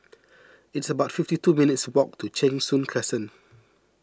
it's about fifty two minutes' walk to Cheng Soon Crescent